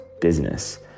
business